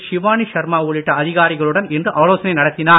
ஷிவானி ஷர்மா உள்ளிட்ட அதிகாரிகளுடன் இன்று ஆலோசனை நடத்தினார்